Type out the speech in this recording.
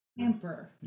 Emperor